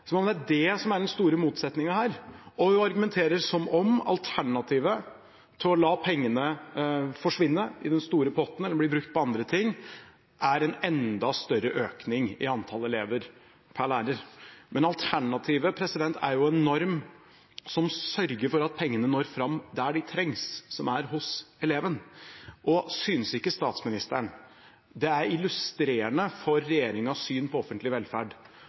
å la pengene forsvinne i den store potten eller til å bli brukt på andre ting, er en enda større økning i antall elever per lærer, men alternativet er jo en norm som sørger for at pengene når fram der de trengs, hos eleven. Synes ikke statsministeren det er illustrerende for regjeringens syn på offentlig velferd